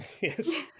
Yes